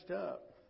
up